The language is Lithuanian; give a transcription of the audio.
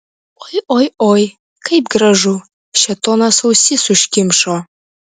oi oi oi kaip gražu šėtonas ausis užkimšo